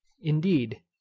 indeed